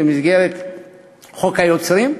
במסגרת חוק זכות יוצרים.